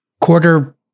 quarter